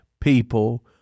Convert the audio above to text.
people